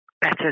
better